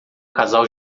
casal